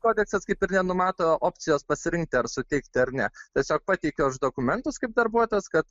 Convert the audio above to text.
kodeksas kaip ir nenumato opcijos pasirinkti ar suteikti ar ne tiesiog pateikiu aš dokumentus kaip darbuotojas kad